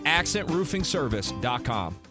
AccentRoofingService.com